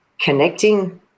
connecting